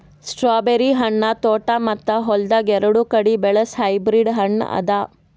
strawberry ಹಣ್ಣ ತೋಟ ಮತ್ತ ಹೊಲ್ದಾಗ್ ಎರಡು ಕಡಿ ಬೆಳಸ್ ಹೈಬ್ರಿಡ್ ಹಣ್ಣ ಅದಾ